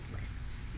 lists